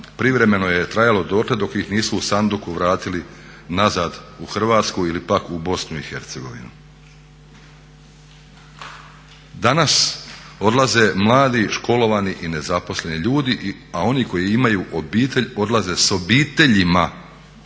privremeno je trajalo dotle dok ih nisu u sanduku vratili nazad u Hrvatsku ili pak u Bosnu i Hercegovinu. Danas odlaze mladi, školovani i nezaposleni ljudi a oni koji imaju obitelj odlaze sa obiteljima.